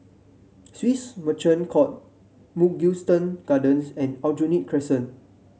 Swissotel Merchant Court Mugliston Gardens and Aljunied Crescent